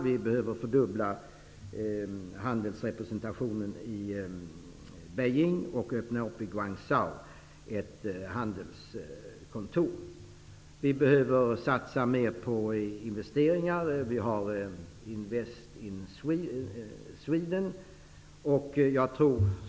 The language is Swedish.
Vi behöver fördubbla handelsrepresentationen i Beijing och öppna handelskontor i Guangzhou. Vi behöver satsa mer på investeringar, och där har vi Invest in Sweden.